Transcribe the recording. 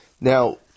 Now